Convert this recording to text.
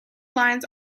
lines